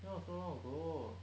that was so long ago